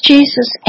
Jesus